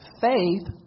Faith